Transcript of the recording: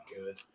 good